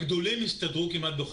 הגדולים יסתדרו כמעט בכל מקרה.